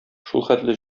шулхәтле